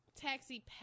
Taxi